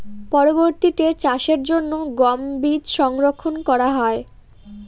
পরবর্তিতে চাষের জন্য গম বীজ সংরক্ষন করা হয়?